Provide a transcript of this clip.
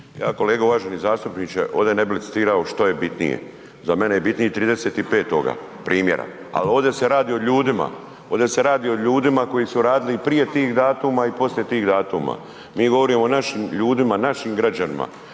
Ja kolega uvaženi zastupniče ovde ne bi licitirao što je bitnije, za mene je bitniji 30.5. primjera, al ovde se radi o ljudima, ovde se radi o ljudima koji su radili i prije tih datuma i poslije tih datuma. Mi govorimo o našim ljudima, našim građanima,